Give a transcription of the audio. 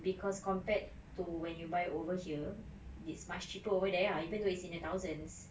because compared to when you buy over here it's much cheaper over there ah even though it's in a thousands